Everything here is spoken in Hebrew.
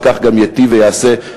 וכך גם ייטיב ויעשה,